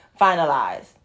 finalized